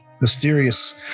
Mysterious